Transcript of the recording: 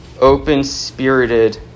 open-spirited